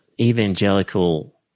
evangelical